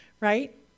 right